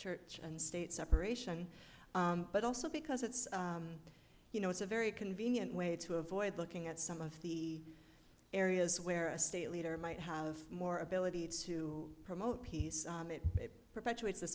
church and state separation but also because it's you know it's a very convenient way to avoid looking at some of the areas where a state leader might have more ability to promote peace perpetuates